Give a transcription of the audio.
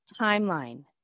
timeline